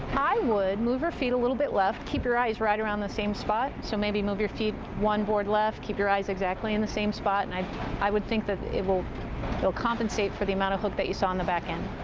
i would move your feet a little bit left, keep your eyes right around the same spot, so maybe move your feet one board left, keep your eyes exactly in the same spot and i i would think that it will will compensate for the amount of hook you saw in the back end.